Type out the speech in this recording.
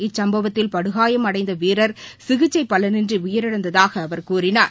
இச்சம்பவத்தில் படுகாயம் அடைந்த வீரர் சிகிச்சை பலனின்றி உயிரிழந்ததாக அவர் கூறினார்